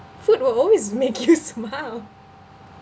food will always make you smile